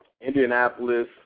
Indianapolis